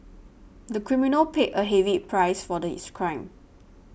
the criminal paid a heavy price for the his crime